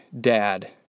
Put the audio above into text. dad